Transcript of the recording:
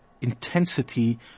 intensity